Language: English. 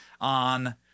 on